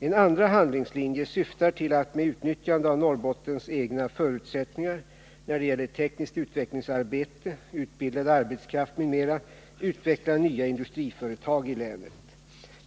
En andra handlingslinje syftar till att med utnyttjande av Norrbottens egna förutsättningar när det gäller tekniskt utvecklingsarbete, utbildad arbetskraft m.m. utveckla nya industriföretag i länet.